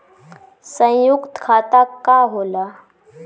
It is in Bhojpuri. सयुक्त खाता का होला?